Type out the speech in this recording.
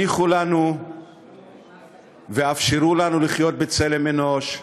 הניחו לנו ואפשרו לנו לחיות בצלם אנוש,